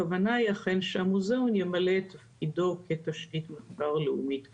הכוונה היא שהמוזיאון ימלא את תפקידו כתשתית מחקר לאומית כראוי.